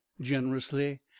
generously